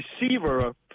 receiver